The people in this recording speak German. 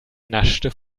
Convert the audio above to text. naschte